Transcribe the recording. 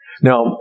Now